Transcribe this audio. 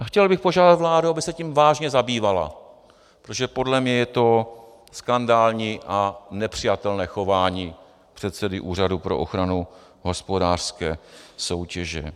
Chtěl bych požádat vládu, aby se tím vážně zabývala, protože podle mě je to skandální a nepřijatelné chování předsedy Úřadu pro ochranu hospodářské soutěže.